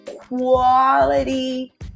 quality